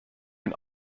can